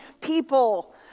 people